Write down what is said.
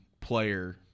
player